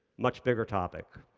much bigger topic.